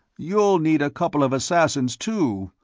you'll need a couple of assassins, too,